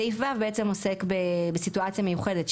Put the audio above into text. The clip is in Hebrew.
סעיף ו' בעצם עוסק בסיטואציה מיוחדת,